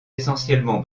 essentiellement